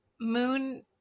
Moon